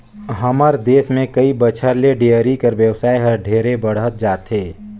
हमर देस में कई बच्छर ले डेयरी कर बेवसाय हर ढेरे बढ़हत जाथे